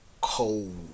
cold